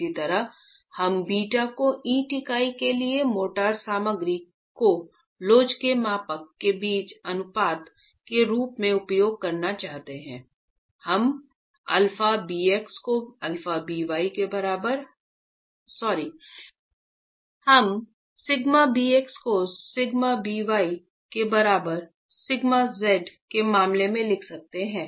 इसी तरह अगर हम β को ईंट इकाई के लिए मोर्टार सामग्री को लोच के मापांक के बीच अनुपात के रूप में उपयोग करना चाहते हैं हम σ bx को σby के बराबर σz के मामले में लिख रहे है